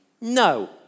No